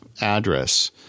address